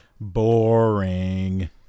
boring